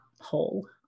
hole